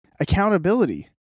Accountability